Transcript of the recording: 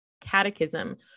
Catechism